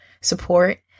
support